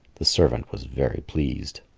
the servant was very pleased.